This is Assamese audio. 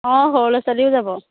অঁ সৰু ল'ৰা ছোৱালীও যাব